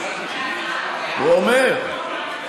הוא אומר.